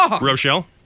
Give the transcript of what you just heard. Rochelle